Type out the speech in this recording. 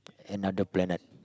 another planet